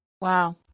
Wow